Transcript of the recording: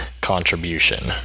contribution